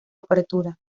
apertura